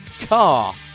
car